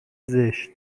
زشت